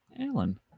Alan